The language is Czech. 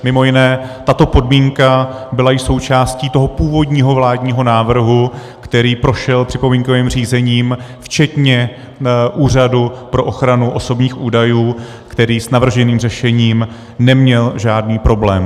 Mimo jiné tato podmínka byla i součástí toho původního vládního návrhu, který prošel připomínkovým řízením včetně Úřadu pro ochranu osobních údajů, který s navrženým řešením neměl žádný problém.